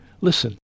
Listen